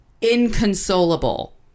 inconsolable